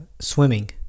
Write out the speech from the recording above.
swimming